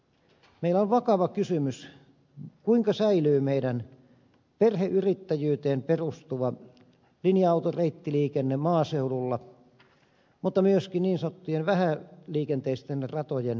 meillä on vakava kysymys kuinka säilyy perheyrittäjyyteen perustuva linja auton reittiliikenne maaseudulla mutta myöskin niin sanottujen vähäliikenteisten ratojen henkilöliikenne